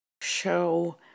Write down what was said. show